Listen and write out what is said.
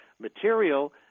material